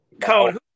Code